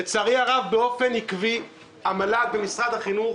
לצערי הרב באופן עקבי המל"ג ומשרד החינוך